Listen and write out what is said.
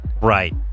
Right